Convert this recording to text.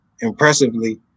impressively